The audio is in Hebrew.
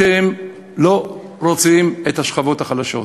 אתם לא רוצים את השכבות החלשות.